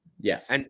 Yes